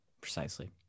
Precisely